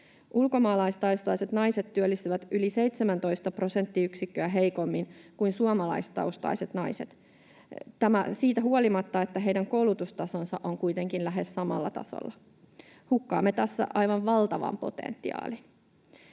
Ulkomaalaistaustaiset naiset työllistyvät yli 17 prosenttiyksikköä heikommin kuin suomalaistaustaiset naiset. Tämä siitä huolimatta, että heidän koulutustasonsa on kuitenkin lähes samalla tasolla. Hukkaamme tässä aivan valtavan potentiaalin.